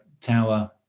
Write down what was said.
tower